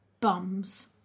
Bums